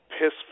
piss